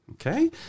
Okay